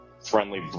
friendly